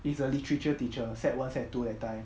it's a literature teacher sec one sec two that time